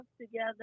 together